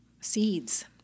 seeds